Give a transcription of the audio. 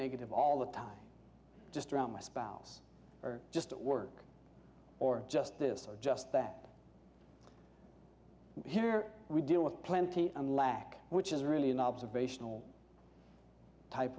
negative all the time just around my spouse or just at work or just this or just that here we deal with plenty and lack which is really an observational type